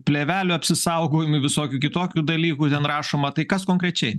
plėvelių apsisaugojimui visokių kitokių dalykų ten rašoma tai kas konkrečiai